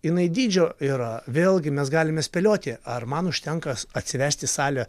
jinai dydžio yra vėlgi mes galime spėlioti ar man užtenka atsivesti į salę